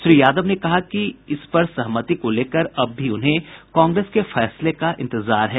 श्री यादव ने कहा कि इस पर सहमति को लेकर वे अब भी कांग्रेस के फैसले का इंतजार है